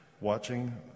watching